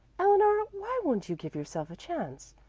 eleanor, why won't you give yourself a chance?